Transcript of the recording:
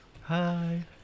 Hi